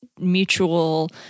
mutual